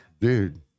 Dude